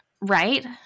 Right